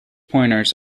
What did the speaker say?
pointers